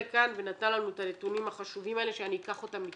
לכאן ונתנה לנו את הנתונים החשובים האלה שאקח אותם אתי.